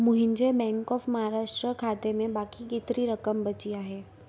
मुंहिंजे bank of Maharashtra खाते में बाक़ी केतिरी रक़म बची आहे